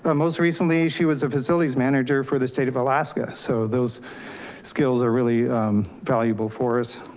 ah most recently, she was a facilities manager for the state of alaska. so those skills are really valuable for us.